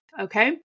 Okay